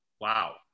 Wow